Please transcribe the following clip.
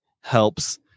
helps